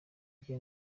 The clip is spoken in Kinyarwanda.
njye